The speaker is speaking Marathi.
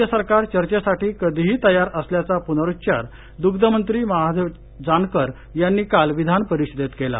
राज्यसरकार चर्चेसाठी कधीही तयार असल्याचा पुनरुच्चार दुग्धविकास मंत्री महादेव जानकर यांनी काल विधानपरिषदेत केला